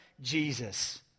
Jesus